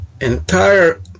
entire